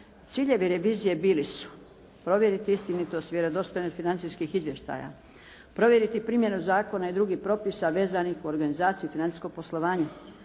Ciljevi revizije bili su provjeriti istinitost, vjerodostojnost financijskih izvještaja, provjeriti primjenu zakona i drugih propisa vezanih u organizaciji financijskog poslovanja,